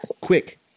quick